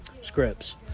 scripts